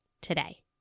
today